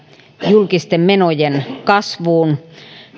julkisten menojen kasvuun